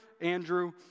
Andrew